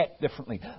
differently